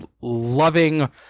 loving